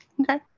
Okay